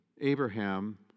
Abraham